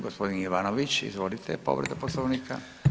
Gospodin Ivanović izvolite povreda Poslovnika.